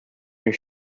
your